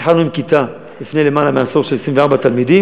התחלנו עם כיתה, לפני יותר מעשור, של 24 תלמידים.